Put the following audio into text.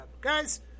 Guys